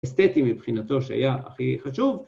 אסתטי מבחינתו שהיה הכי חשוב